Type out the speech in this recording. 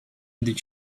did